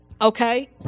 Okay